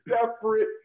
separate